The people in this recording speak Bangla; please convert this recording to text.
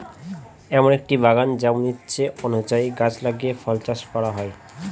এমন একটা বাগান যেমন ইচ্ছে অনুযায়ী গাছ লাগিয়ে ফল চাষ করা হয়